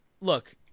Look